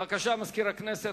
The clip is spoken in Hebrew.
בבקשה, מזכיר הכנסת.